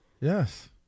Yes